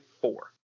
four